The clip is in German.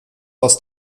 aus